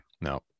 No